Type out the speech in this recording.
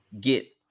get